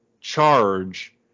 charge